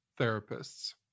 therapists